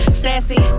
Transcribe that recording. sassy